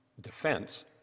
defense